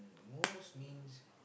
most means